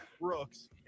Brooks